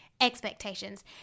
expectations